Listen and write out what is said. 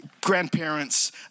grandparents